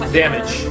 damage